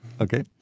Okay